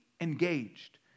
engaged